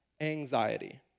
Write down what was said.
anxiety